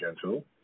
gentle